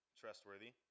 trustworthy